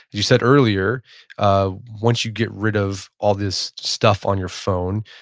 you said earlier ah once you get rid of all this stuff on your phone,